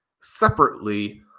separately